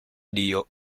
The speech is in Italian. dio